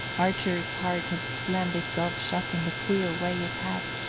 archer's heart had slammed itself shut in the queer way it had,